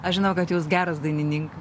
aš žinau kad jūs geras dainininkas